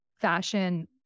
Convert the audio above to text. fashion